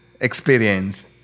experience